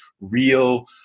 real